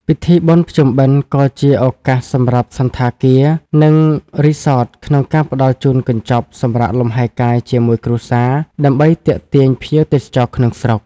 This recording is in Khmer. ពិធីបុណ្យភ្ជុំបិណ្ឌក៏ជាឱកាសសម្រាប់សណ្ឋាគារ និងរីសតក្នុងការផ្តល់ជូនកញ្ចប់ "សម្រាកលំហែកាយជាមួយគ្រួសារ" ដើម្បីទាក់ទាញភ្ញៀវទេសចរក្នុងស្រុក។